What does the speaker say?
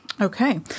Okay